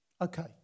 okay